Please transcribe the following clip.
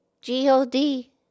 G-O-D